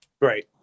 Great